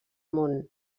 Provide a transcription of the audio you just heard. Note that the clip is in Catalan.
món